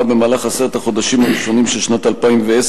במהלך עשרת החודשים הראשונים של שנת 2010,